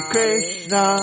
Krishna